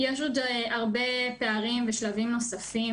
יש עוד הרבה פערים ושלבים נוספים